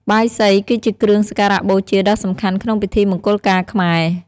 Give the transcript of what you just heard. បាយសី គឺជាគ្រឿងសក្ការៈបូជាដ៏សំខាន់ក្នុងពិធីមង្គលការខ្មែរ។